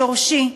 שורשי,